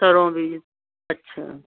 ਘਰੋਂ ਵੀ ਅੱਛਾ